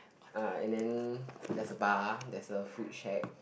uh and then there's a bar there's a food shack